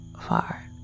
far